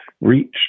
reach